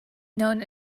known